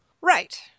Right